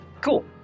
cool